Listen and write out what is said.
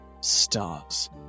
stars